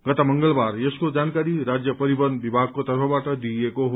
गत मंगलबार यसको जानकारी राज्य परिवहन विभागको तर्फबाट दिइएको हो